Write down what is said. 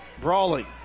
Brawling